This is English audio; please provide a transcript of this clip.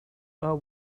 are